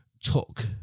took